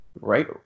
right